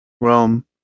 Rome